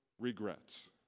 regrets